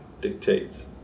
dictates